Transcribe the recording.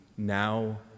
now